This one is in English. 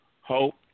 hope